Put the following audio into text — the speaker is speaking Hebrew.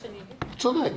צודק.